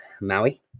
maui